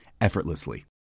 effortlessly